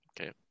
Okay